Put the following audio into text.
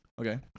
Okay